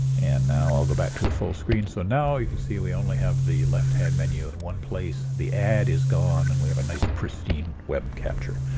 and now back to full screen so now you can see we only have the left-hand menu and one place the ad is gone, and we have a nice pristine web capture.